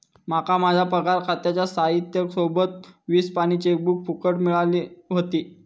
माका माझ्या पगार खात्याच्या साहित्या सोबत वीस पानी चेकबुक फुकट मिळाली व्हती